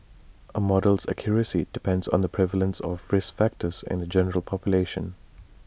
A model's accuracy depends on the prevalence of risk factors in the general population